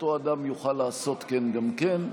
אותו אדם יוכל לעשות כן גם כן,